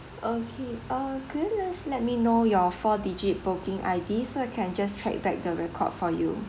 okay uh could you just let me know your four digit booking I_D so I can just track back the record for you